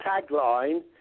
tagline